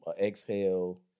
exhale